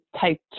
type